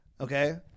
okay